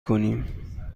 کنیم